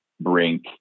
Brink